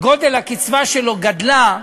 הקצבה שלו גדלה,